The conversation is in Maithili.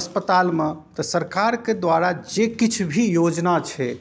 अस्पतालमे तऽ सरकारके द्वारा जे किछु भी योजना छै